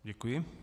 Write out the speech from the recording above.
Děkuji.